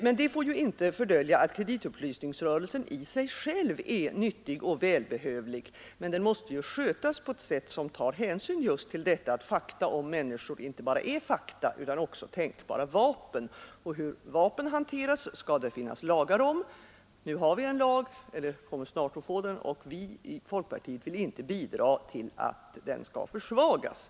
Detta får inte fördölja att kreditupplysningsrörelsen i sig själv är nyttig och välbehövlig, men den måste skötas på ett sätt som tar hänsyn till att fakta om människor inte bara är fakta utan också tänkbara vapen. Hur vapen hanteras skall det finnas lagar om. Nu kommer vi snart att få en lag, och vi i folkpartiet vill inte bidra till att den skall försvagas.